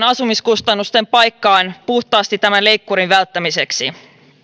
asumiskustannusten paikkaan puhtaasti tämän leikkurin välttämiseksi